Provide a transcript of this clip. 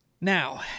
Now